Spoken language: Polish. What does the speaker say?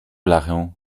blachę